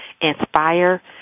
inspire